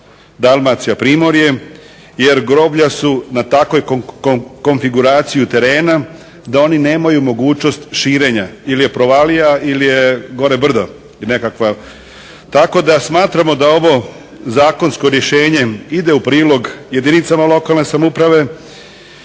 Dalmacija, Primorje, jer groblja su na takvoj konfiguraciji terena da oni nemaju mogućnost širenja. Ili je provalija ili je gore brdo. Tako da smatramo da ovo zakonsko rješenje ide u prilog jedinicama lokalne samouprave